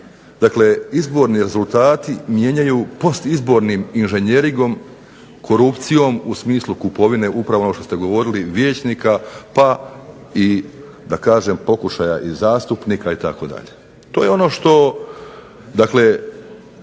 izbora izborni rezultati mijenjaju post izbornim inženjeringom korupcijom, u smislu kupovine upravo ono što ste govorili vijećnika da ne kažem pokušaja zastupnika itd. To je ono što dakle,